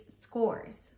scores